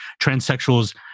transsexuals